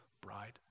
bride